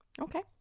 okay